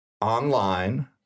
online